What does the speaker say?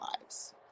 lives